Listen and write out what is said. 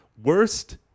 Worst